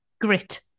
Grit